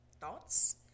thoughts